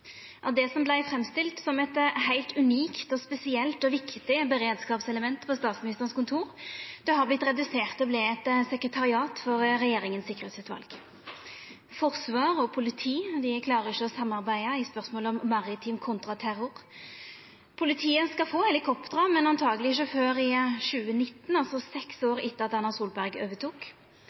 Det som vart framstilt som eit heilt unikt, spesielt og viktig beredskapselement på Statsministerens kontor, har vorte redusert til eit sekretariat for Regjeringens Sikkerhetsutvalg. Forsvar og politi klarer ikkje å samarbeida i spørsmålet om maritim kontraterror. Politiet skal få helikopter, men truleg ikkje før i 2019, altså seks år etter at Erna Solberg overtok.